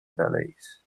valleys